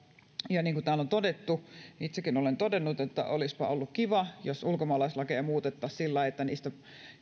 niin kuin täällä on todettu ja itsekin olen todennut olisipa ollut kiva jos ulkomaalaislakeja muutettaisiin sillä lailla että niistä